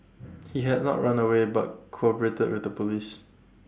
he had not run away but cooperated with the Police